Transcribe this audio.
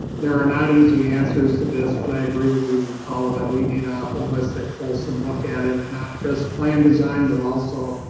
there are not easy answers to this but i agree with regent powell that we need a holistic fulsome look at ah not just planned design, but also